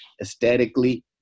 aesthetically